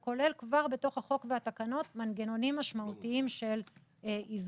וזה כולל כבר בתוך החוק והתקנות מנגנונים משמעותיים של איזונים.